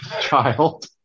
child